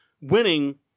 winning